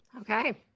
Okay